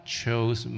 chose